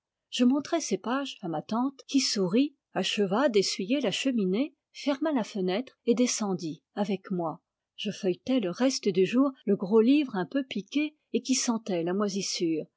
je montrai ces pages à ma tante qui sou rit acheva d'essuyer la cheminée ferma la fenêtre et descendit avec moi je feuilletai le reste du jour le gros livre un peu piqué et qui sentait la moisissure